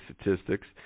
statistics